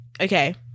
okay